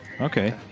Okay